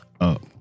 up